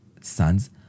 sons